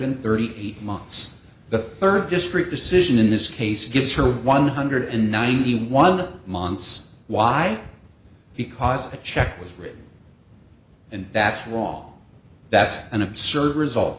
and thirty eight months the rd district decision in this case gives her one hundred and ninety one months why because the check was written and that's wrong that's an absurd result